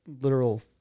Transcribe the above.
literal